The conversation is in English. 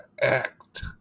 act